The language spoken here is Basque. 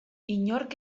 inork